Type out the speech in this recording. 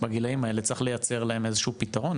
בגילאים האלה צריך לייצר להם איזשהו פתרון.